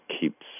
keeps